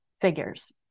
figures